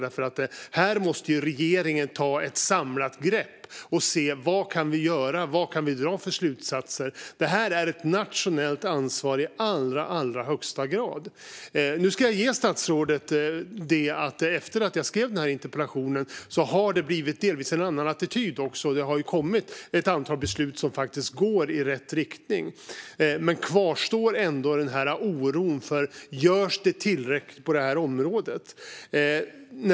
Här måste regeringen ta ett samlat grepp och se vad som kan göras och vilka slutsatser som kan dras. Det här är i allra högsta grad ett nationellt ansvar. Jag ger statsrådet det att efter att jag skrev interpellationen har det blivit en delvis annan attityd. Det har fattats ett antal beslut som faktiskt går i rätt riktning. Men oron kvarstår för om det görs tillräckligt på området.